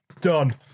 done